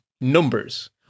numbers